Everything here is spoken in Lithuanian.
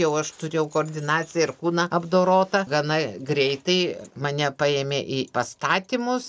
jau aš turėjau koordinaciją ir kūną apdorotą gana greitai mane paėmė į pastatymus